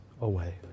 away